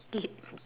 skip